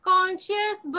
Conscious